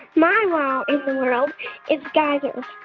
my wow in the world is geysers.